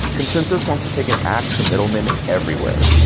consensys wants to take an ax to middlemen everywhere.